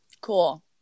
cool